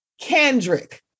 Kendrick